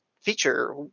feature